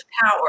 power